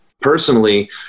personally